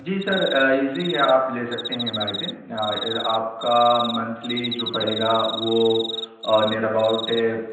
جی sir easy ہے آپ لے سکتے ہیں ای ایم آئی پہ آپ کا منتھلی جو پڑے گا وہ نیر اباؤٹ